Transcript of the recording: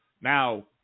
now